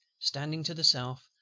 standing to the south,